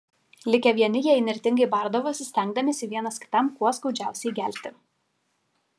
likę vieni jie įnirtingai bardavosi stengdamiesi vienas kitam kuo skaudžiausiai įgelti